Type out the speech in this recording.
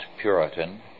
Puritan